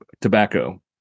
tobacco